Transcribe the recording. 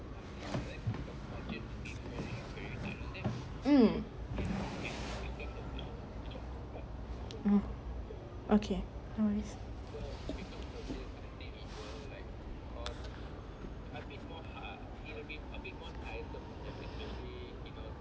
um mm okay